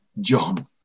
John